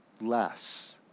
less